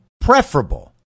preferable